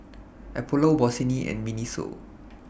Apollo Bossini and Miniso